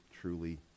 truly